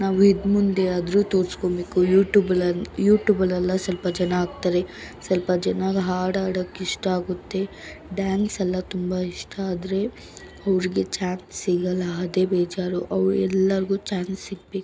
ನಾವು ಇದು ಮುಂದೆಯಾದ್ರೂ ತೋರಿಸ್ಕೊಳ್ಬೇಕು ಯೂಟೂಬ್ ಯ್ಯೂಟೂಬಲ್ಲೆಲ್ಲಾ ಸ್ವಲ್ಪ ಜನ ಆಗ್ತಾರೆ ಸ್ವಲ್ಪ ಜನಕ್ಕೆ ಹಾಡು ಹಾಡೋಕಿಷ್ಟ ಆಗುತ್ತೆ ಡ್ಯಾನ್ಸ್ ಎಲ್ಲ ತುಂಬ ಇಷ್ಟ ಆದರೆ ಅವ್ರಿಗೆ ಚಾನ್ಸ್ ಸಿಗೋಲ್ಲಾ ಅದೇ ಬೇಜಾರು ಅವ್ರ ಎಲ್ರಿಗೂ ಚಾನ್ಸ್ ಸಿಗಬೇಕು